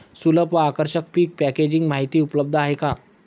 सुलभ व आकर्षक पीक पॅकेजिंग माहिती उपलब्ध आहे का?